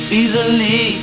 easily